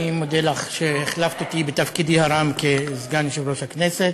אני מודה לך שהחלפת אותי בתפקידי הרם כסגן יושב-ראש הכנסת.